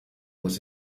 muss